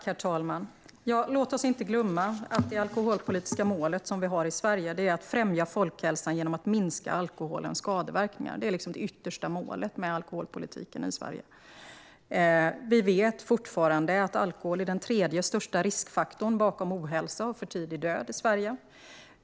Herr talman! Låt oss inte glömma att det alkoholpolitiska mål som vi har i Sverige är att främja folkhälsan genom att minska alkoholens skadeverkningar. Det är liksom det yttersta målet med alkoholpolitiken i Sverige. Vi vet att alkohol fortfarande är den tredje största riskfaktorn bakom ohälsa och för tidig död i Sverige.